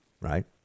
Right